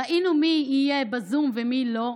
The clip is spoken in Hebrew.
ראינו מי יהיה בזום ומי לא,